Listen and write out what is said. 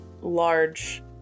large